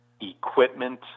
equipment